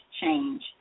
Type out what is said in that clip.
change